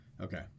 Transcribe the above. Okay